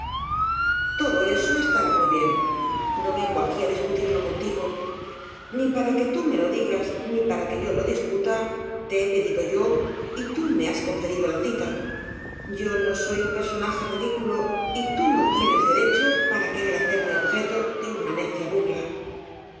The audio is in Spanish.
todo eso estará muy bien no vengo aquí á discutirlo contigo ni para que tú me lo digas ni para que yo lo discuta te he pedido yo y tú me has concedido la cita yo no soy un personaje ridículo y tú no tienes derecho para querer hacerme objeto de una necia burla